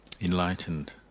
enlightened